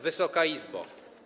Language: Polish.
Wysoka Izbo!